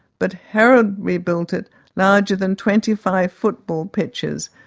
but herod rebuilt it larger than twenty five football pitches,